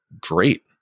great